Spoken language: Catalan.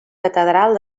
catedral